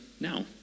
now